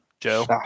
joe